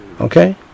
Okay